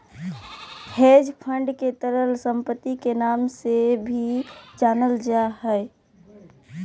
hedge fund के तरल सम्पत्ति के नाम से भी जानल जा हय